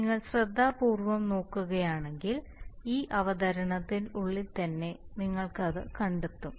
നിങ്ങൾ ശ്രദ്ധാപൂർവ്വം നോക്കുകയാണെങ്കിൽ ഈ അവതരണത്തിനുള്ളിൽ തന്നെ നിങ്ങൾ അത് കണ്ടെത്തും